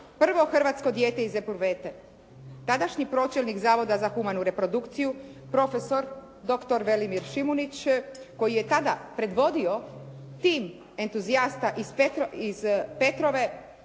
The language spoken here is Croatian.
prvo hrvatsko dijete iz epruvete. Tadašnji pročelnik Zavoda za humanu reprodukciju profesor doktor Velimir Šimunić koji je tada predvodio tim entuzijasta iz Petrove